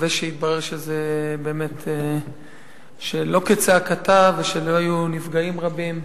נקווה שיתברר שלא כצעקתה ושלא יהיו נפגעים רבים.